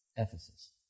Ephesus